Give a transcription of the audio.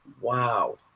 wow